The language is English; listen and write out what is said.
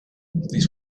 this